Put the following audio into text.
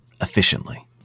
efficiently